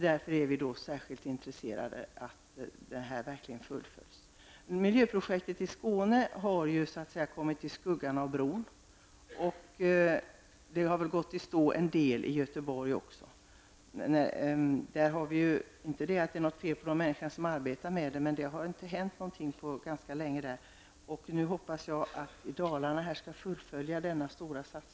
Där är vi särskilt intresserade av att det här verkligen fullföljs. Miljöprojektet i Skåne har kommit i skuggan av bron. Det har väl gått i stå en del i Göteborg också. Det är inte fel på de människor som arbetar, men det har inte hänt något där på ganska länge. Jag hoppas att denna stora satsning i Dalarnan skall fullföljas.